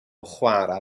chwarae